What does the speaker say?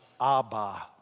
Abba